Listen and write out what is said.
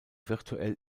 virtuell